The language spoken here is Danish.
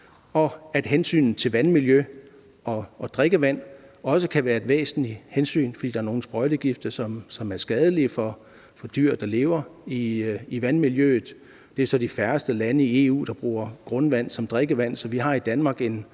ligesom hensynet til vandmiljø og drikkevand også kan være et væsentligt hensyn, fordi der er nogle sprøjtegifte, som er skadelige for dyr, der lever i vandmiljøet. Det er så de færreste lande i EU, der bruger grundvand som drikkevand, men i Danmark,